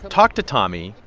talked to tommy,